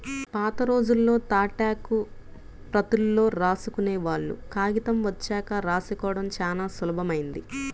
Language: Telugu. పాతరోజుల్లో తాటాకు ప్రతుల్లో రాసుకునేవాళ్ళు, కాగితం వచ్చాక రాసుకోడం చానా సులభమైంది